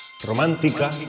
romántica